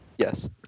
Yes